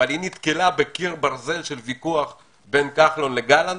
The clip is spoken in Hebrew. אבל היא נתקלה בקיר ברזל של ויכוח בין כחלון לגלנט.